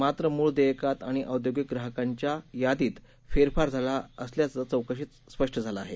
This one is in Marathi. मात्र मूळ देयकात आणि औद्योगिक ग्राहकांच्या यादीत फेरफार झाला असल्याचं चौकशीत स्पष्ट झालं आहे